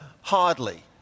Hardly